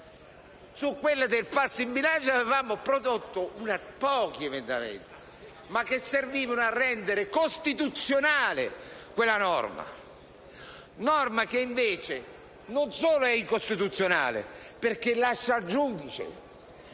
Sul falso in bilancio avevamo proposto pochi emendamenti, che servivano però a rendere costituzionale quella norma, che invece non solo è incostituzionale perché lascia al giudice